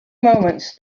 moments